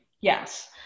Yes